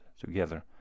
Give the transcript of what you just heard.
together